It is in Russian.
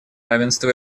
равенства